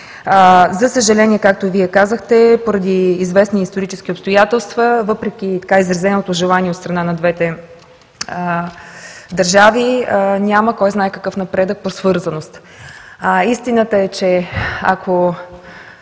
За съжаление, както Вие казахте, поради известни исторически обстоятелства, въпреки така изразеното желание от страна на двете държави, няма кой знае какъв напредък по свързаност. Истината е, че една